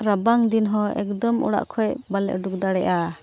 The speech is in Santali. ᱨᱟᱵᱟᱝ ᱫᱤᱱ ᱦᱚᱸ ᱮᱠᱫᱚᱢ ᱚᱲᱟᱜ ᱠᱷᱚᱡ ᱵᱟᱞᱮ ᱩᱰᱩᱠ ᱫᱟᱲᱮᱭᱟᱜᱼᱟ